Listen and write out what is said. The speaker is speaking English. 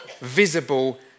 visible